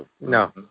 No